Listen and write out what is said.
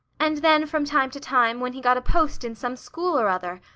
and then, from time, to time, when he got a post in some school or other.